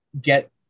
get